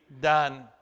done